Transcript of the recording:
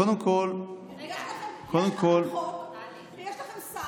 קודם כול --- יש לכם חוק,